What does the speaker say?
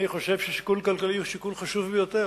אני חושב ששיקול כלכלי הוא שיקול חשוב ביותר.